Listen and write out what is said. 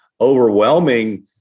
overwhelming